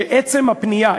שעצם הפנייה,